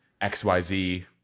XYZ